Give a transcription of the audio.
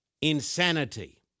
insanity